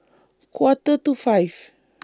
Quarter to five